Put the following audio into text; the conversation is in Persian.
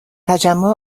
تجمع